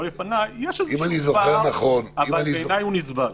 יש איזשהו פער, אבל בעיניי הוא נסבל.